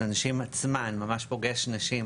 את הנשים עצמן ממש פוגש נשים